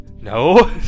no